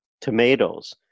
tomatoes